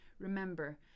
Remember